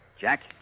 Jack